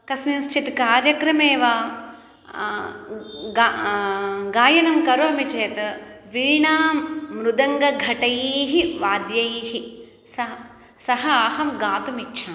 कस्मिंश्चित्त् कार्यक्रमे वा गा गायनं करोमि चेत् वीणा मृदङ्ग घटैः वाद्यैः स सह अहं गातुम् इच्छामि